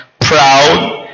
proud